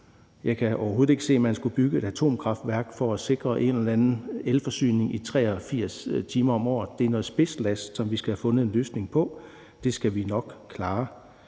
Jeg kan overhovedet ikke se, at man skulle bygge et atomkraftværk for at sikre en eller anden elforsyning i 83 timer om året. Der er noget spidsbelastning, som vi skal have fundet en løsning på. Det skal vi nok klare.